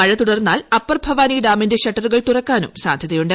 മഴ തുടർന്നാൽ അപ്പർ ഭവാനി ഡാമിന്റെ ഷട്ടറുകൾ തുറക്കാനും സാധ്യതയുണ്ട്